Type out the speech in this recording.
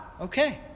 okay